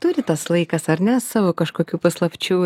turi tas laikas ar ne savo kažkokių paslapčių